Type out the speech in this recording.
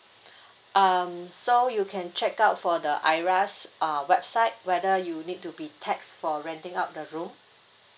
um so you can check out for the IRAS uh website whether you need to be tax for renting up the room